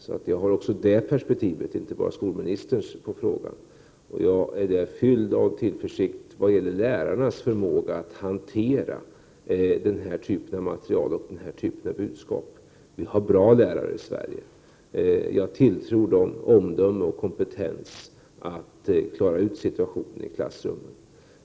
Så jag har även det perspektivet, inte bara skolministerns, i denna fråga. Jag är full av tillförsikt vad gäller lärarnas förmåga att hantera den här typen av material och budskap. Vi har bra lärare i Sverige. Jag tilltror dem omdöme och kompetens att klara ut situationer i klassrummet.